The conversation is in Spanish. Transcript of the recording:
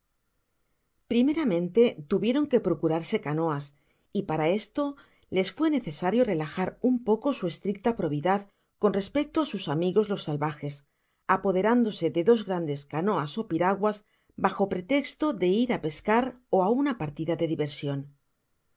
primeramente tuvieron que procurarse canoas y para esto les fué necesario relajar un poco su estricta providad con respecto á sus amigos los salvajes apoderándose de dos grandes canoas ó piraguas bajo pretesto de ir á pescar ó á mía partida de diversion